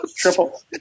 triple